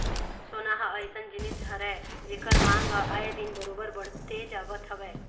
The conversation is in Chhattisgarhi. सोना ह अइसन जिनिस हरय जेखर मांग ह आए दिन बरोबर बड़ते जावत हवय